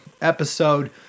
episode